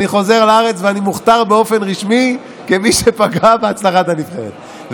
אני חוזר לארץ ואני מוכתר באופן רשמי כמי שפגע בהצלחת הנבחרת.